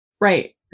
Right